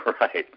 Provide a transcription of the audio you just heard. Right